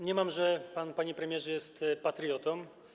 Mniemam, że pan, panie premierze, jest patriotą.